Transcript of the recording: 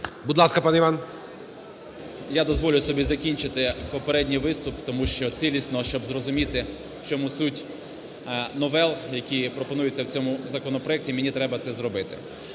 11:54:59 ВІННИК І.Ю. Я дозволю собі закінчити попередній виступ, тому що цілісно, щоб зрозуміти, в чому суть новел, які пропонуються в цьому законопроекті, мені треба це зробити.